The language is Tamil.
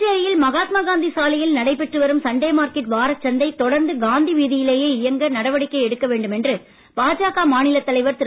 புதுச்சேரியில் மகாத்மா காந்தி சாலையில் நடைபெற்று வரும் சண்டே மார்க்கெட் வாரச் சந்தையை தொடர்ந்து காந்தி வீதியிலேயே இயங்க நடவடிக்கை எடுக்க வேண்டும் என்று பாஜக மாநில தலைவர் திரு